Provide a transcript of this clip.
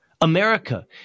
America